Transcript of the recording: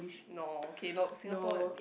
no okay no Singapore